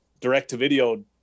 direct-to-video